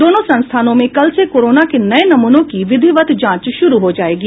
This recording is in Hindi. दोनों संस्थानों में कल से कोरोना के नये नमूनों की विधिवत जांच शुरू हो जायेगी